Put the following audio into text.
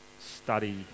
study